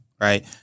Right